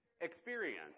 Experience